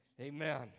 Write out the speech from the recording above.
Amen